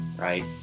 Right